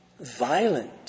violent